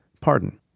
pardon